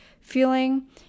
feeling